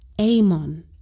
Amon